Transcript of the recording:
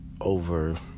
over